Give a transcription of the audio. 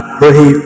pray